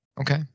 Okay